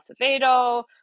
Acevedo